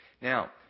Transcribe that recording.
Now